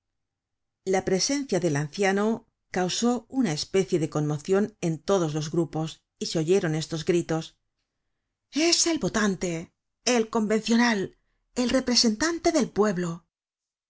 la presencia del anciano causó una especie de conmocion en todos los grupos y se oyeron estos gritos es el votante el convencional el representante del pueblo es